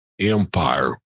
empire